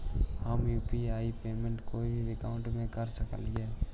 हम UPI payment कोई भी अकाउंट से कर सकली हे?